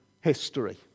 history